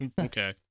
Okay